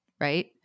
right